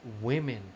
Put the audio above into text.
women